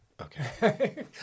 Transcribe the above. Okay